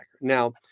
Now